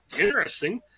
interesting